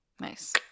Nice